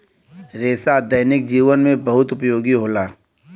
रेसा दैनिक जीवन में बहुत उपयोगी होला